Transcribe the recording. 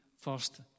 first